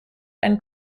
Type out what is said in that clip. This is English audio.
and